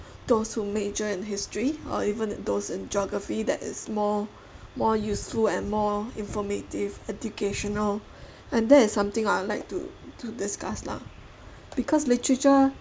those who major in history or even those in geography that is more more useful and more informative educational and that is something I'd like to to discuss lah because literature